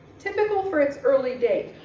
typical for its early date,